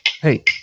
hey